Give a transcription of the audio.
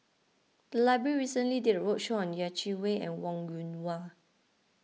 the library recently did a roadshow on Yeh Chi Wei and Wong Yoon Wah